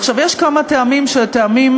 עכשיו, יש כמה טעמים שהם טעמים